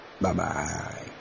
Bye-bye